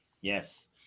yes